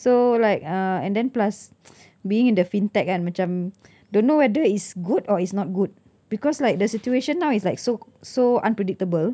so like uh and then plus being in the fintech kan macam don't know whether is good or is not good because like the situation now it's like so so unpredictable